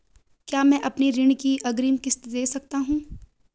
क्या मैं अपनी ऋण की अग्रिम किश्त दें सकता हूँ?